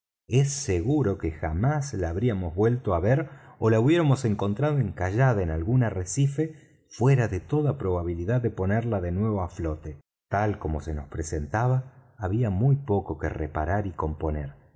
es seguro que jamás la habríamos vuelto á ver ó la hubiéramos encontrado encallada en algún arrecife fuera de toda probabilidad de ponerla de nuevo á flote tal como se nos presentaba había muy poco que reparar y componer